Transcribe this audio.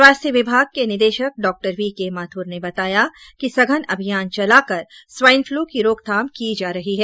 स्वास्थ्य विभाग के निदेशक डॉ वी के माथुर ने बताया कि सघन अभियान चलाकर स्वाइन फ्लू की रोकथाम की जा रही है